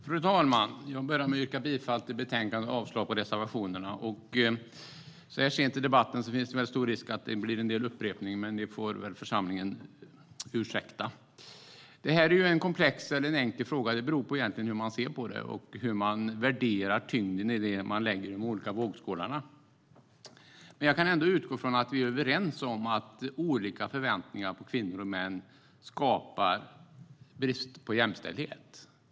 Fru talman! Jag yrkar bifall till utskottets förslag i betänkandet och avslag på reservationerna. Så här sent i debatten är det risk för att det blir en del upprepning. Det får församlingen ursäkta. Det här är en komplex eller enkel fråga. Det beror på hur vi ser på det och hur vi värderar tyngden i det vi lägger i de olika vågskålarna. Jag utgår dock från att vi är överens om att olika förväntningar på kvinnor och män skapar brist på jämställdhet.